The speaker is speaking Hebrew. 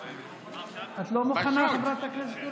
את לא מוכנה, חברת הכנסת סטרוק?